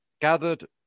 gathered